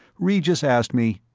regis asked me,